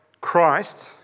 Christ